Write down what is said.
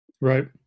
right